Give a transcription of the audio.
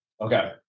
Okay